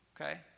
okay